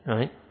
Right